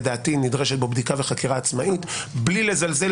לדעתי נדרשת בו בדיקה וחקירה עצמאית בלי לזלזל